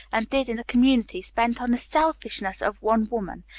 and did in a community spent on the selfishness of one woman.